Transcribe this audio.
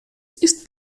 ist